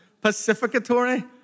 Pacificatory